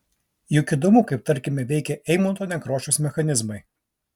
juk įdomu kaip tarkime veikia eimunto nekrošiaus mechanizmai